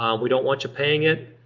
um we don't want you paying it.